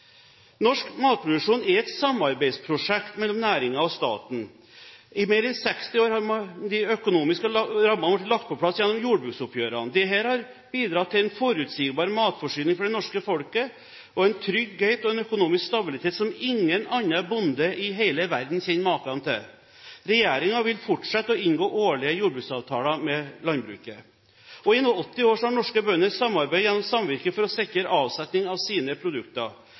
Norsk matproduksjon er et samarbeidsprosjekt mellom næringen og staten. I mer enn 60 år har de økonomiske rammene blitt lagt på plass gjennom jordbruksoppgjøret. Dette har bidratt til forutsigbar matforsyning for det norske folket, og er en trygghet og økonomisk stabilitet som ingen andre bønder i hele verden kjenner maken til. Regjeringen vil fortsette å inngå årlige jordbruksavtaler med landbruket. I 80 år har norske bønder samarbeidet gjennom samvirket for å sikre avsetning av sine produkter.